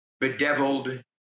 bedeviled